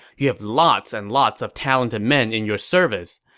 you have lots and lots of talented men in your service,